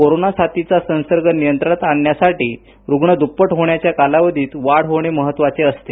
corona साथीचा संसर्ग नियंत्रणात आणण्यासाठी रुग्ण दुप्पट होण्याच्या कालावधीत वाढ होणे महत्वाचे असते